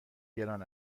گران